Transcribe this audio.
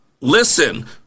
Listen